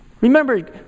Remember